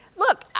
look,